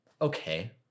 okay